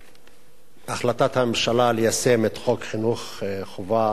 החלטת הממשלה ליישם את חוק חינוך חובה